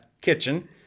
kitchen